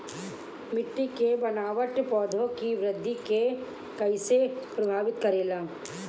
मिट्टी के बनावट पौधों की वृद्धि के कईसे प्रभावित करेला?